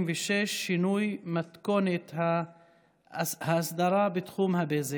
76) (שינוי מתכונת האסדרה בתחום הבזק),